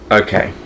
okay